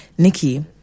Nikki